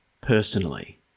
personally